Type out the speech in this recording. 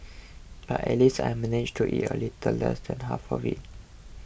but at least I managed to eat a little less than half of it